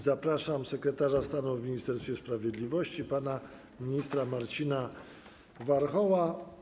Zapraszam sekretarza stanu w Ministerstwie Sprawiedliwości pana ministra Marcina Warchoła.